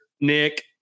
nick